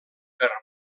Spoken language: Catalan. per